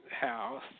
House